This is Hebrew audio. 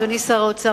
אדוני שר האוצר,